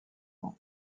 nom